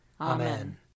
Amen